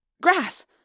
Grass